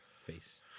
face